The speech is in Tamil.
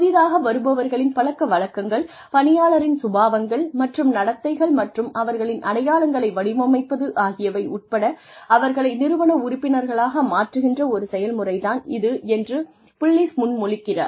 புதிதாக வருபவர்களின் பழக்க வழக்கங்கள் பணியாளரின் சுபாவங்கள் மற்றும் நடத்தைகள் மற்றும் அவர்களின் அடையாளங்களை வடிவமைப்பது ஆகியவை உட்பட அவர்களை நிறுவன உறுப்பினர்களாக மாற்றுகின்ற ஒரு செயல்முறை தான் இது என்று புல்லிஸ் முன்மொழிக்கிறார்